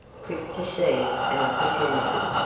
quick to see an opportunity,